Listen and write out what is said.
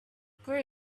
grew